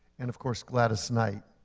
and, of course, gladys knight,